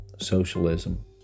socialism